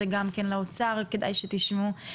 זה גם כן לאוצר כדאי שתשמעו.